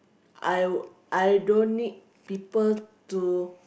I I don't need people to